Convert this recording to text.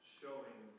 showing